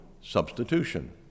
substitution